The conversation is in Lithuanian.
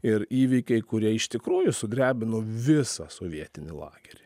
ir įvykiai kurie iš tikrųjų sudrebino visą sovietinį lagerį